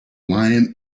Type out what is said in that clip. lion